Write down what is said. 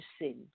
sin